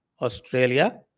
Australia